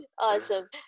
Awesome